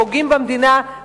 פוגעים במדינה,